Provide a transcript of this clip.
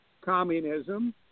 communism